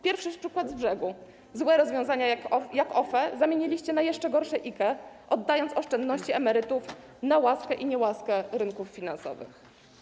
Pierwszy przykład z brzegu: złe rozwiązania, jak OFE, zamieniliście na jeszcze gorsze, czyli IKE, oddając oszczędności emerytów na łaskę i niełaskę rynków finansowych.